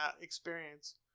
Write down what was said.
experience